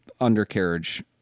undercarriage